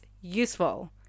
useful